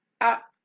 up